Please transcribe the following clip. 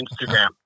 Instagram